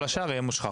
כל השאר יהיה מושחר.